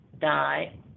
die